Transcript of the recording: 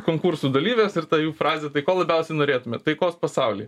konkursų dalyvės ir ta jų frazė tai ko labiausiai norėtumėt taikos pasaulyje